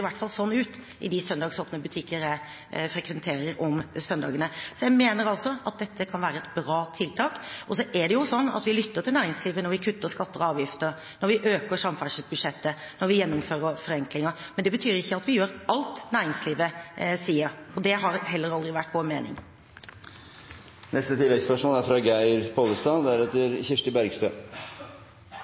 i hvert fall slik ut i de søndagsåpne butikkene jeg frekventerer om søndagene. Så jeg mener at dette kan være et bra tiltak. Så er det jo slik at vi lytter til næringslivet når vi kutter i skatter og avgifter, når vi øker samferdselsbudsjettet, når vi gjennomfører forenklinger. Men det betyr ikke at vi gjør alt næringslivet sier, og det har heller aldri vært vår